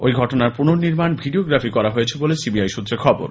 ঐ ঘটনার পুনর্নির্মাণ ভিডিওগ্রাফি করা হয়েছে বলে সিবিআই সূত্রে খবর